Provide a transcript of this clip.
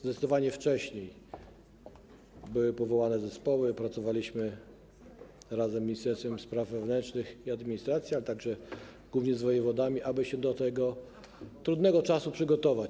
Zdecydowanie wcześniej były powołane zespoły, pracowaliśmy razem z Ministerstwem Spraw Wewnętrznych i Administracji, głównie z wojewodami, aby się do tego trudnego czasu przygotować.